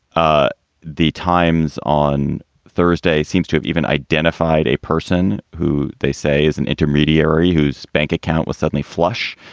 ah the times on thursday seems to have even identified a person who they say is an intermediary whose bank account was suddenly flush,